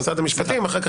משרד המשפטים ואז